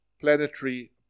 planetary